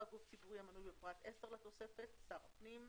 גוף ציבורי המנוי בפרט (10) לתוספת, שר הפנים.